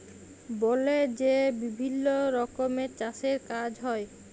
বলে যে বিভিল্ল্য রকমের চাষের কাজ হ্যয়